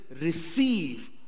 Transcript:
receive